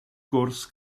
gwrs